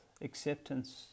acceptance